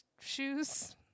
shoes